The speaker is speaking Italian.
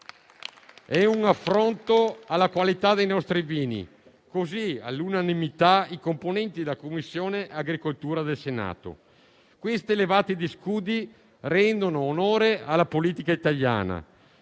È un affronto alla qualità dei nostri vini: così, all'unanimità, i componenti della Commissione agricoltura del Senato. Queste levate di scudi rendono onore alla politica italiana.